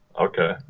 Okay